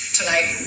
tonight